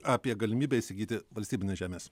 apie galimybę įsigyti valstybinės žemės